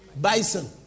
Bison